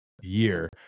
year